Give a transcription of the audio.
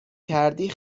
کردی